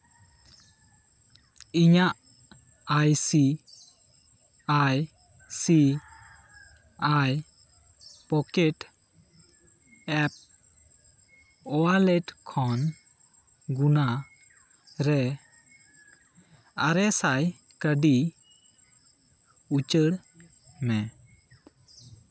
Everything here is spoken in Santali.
ᱤᱧᱟᱹᱜ I C I C I pocket app wallet ᱠᱷᱚᱱ ᱜᱩᱱᱟ ᱟᱨᱮ ᱥᱟᱭ ᱠᱟᱹᱣᱰᱤ ᱩᱪᱟᱹᱲ ᱢᱮ